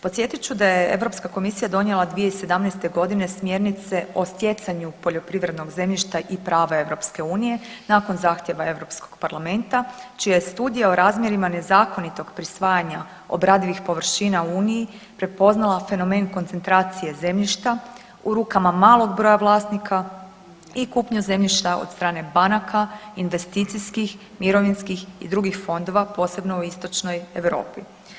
Podsjetit ću da je Europska Komisija donijela 2017. godine smjernice o stjecanju poljoprivrednog zemljišta i prava Europske unije nakon zahtjeva Europskog parlamenta, čija je studija o razmjerima nezakonitog prisvajanja obradivih površina u Uniji prepoznala fenomen koncentracije zemljišta u rukama malog broja vlasnika i kupnju zemljišta od strane banaka, investicijskih, mirovinskih i drugih fondova, posebno u istočnoj Europi.